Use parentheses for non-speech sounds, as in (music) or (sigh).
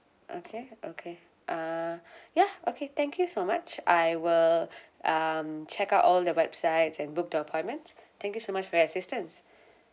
okay okay uh (breath) ya okay thank you so much I will (breath) um check out all the websites and book the appointments thank you so much for your assistance